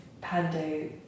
Pando